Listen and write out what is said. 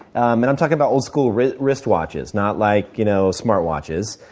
and i'm talking about old school wrist wrist watches, not like you know smartwatches.